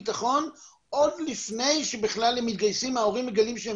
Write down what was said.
עוד לפני שבכלל הם מתגייסים ההורים מגלים שהם